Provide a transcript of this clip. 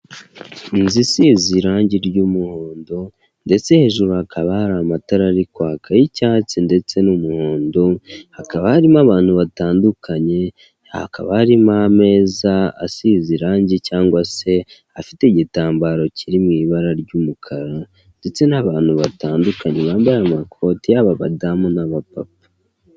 Inzu isize irangi ry'umuhondo ndetse imbere hakaba harimo amatara ari kwaka y'icyatsi ndetse n'umuhondo, hakaba harimo abantu batandukanye, hakaba harimo ameza asize irangi cyangwa se afite igitambaro kiri mu ibara ry'umukara ndetse n'abantu batandukanye, bambaye amakote yaba abadamu n'abapapa.